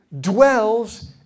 dwells